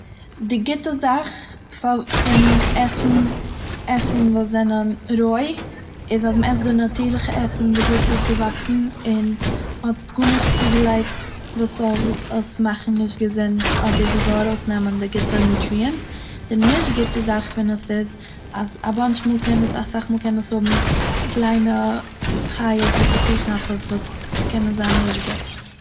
די גוטע זאך פאר- פון עסן- עסן וואס זענען רוי איז אז מ'עסט די נאטורליכע עסן ווי אזוי ס'איז געוואקסן און מ'האט גארנישט צוגעלייגט וואס זאל עס מאכן נישט געזונט אדער וואס זאל ארויסנעמען די גוטע נאטיריאנס, די נישט גוטע זאך פון עס איז אזא באנטש מאל קען עס- אסאך מאל קען עס האבן קליינע חיות וואס ס'קריכן אויף עס וואס קענען זיין נישט גוט.